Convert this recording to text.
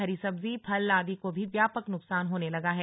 हरी सब्जी फल आदि को भी व्यापाक नुकसान होने लगा है